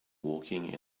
walking